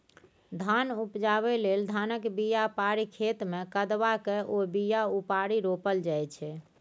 धान उपजाबै लेल धानक बीया पारि खेतमे कदबा कए ओ बीया उपारि रोपल जाइ छै